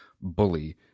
bully